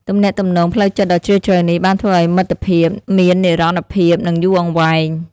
ទំនាក់ទំនងផ្លូវចិត្តដ៏ជ្រាលជ្រៅនេះបានធ្វើឱ្យមិត្តភាពមាននិរន្តរភាពនិងយូរអង្វែង។